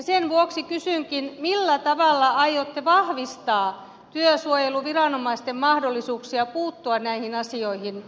sen vuoksi kysynkin millä tavalla aiotte vahvistaa työsuojeluviranomaisten mahdollisuuksia puuttua näihin asioihin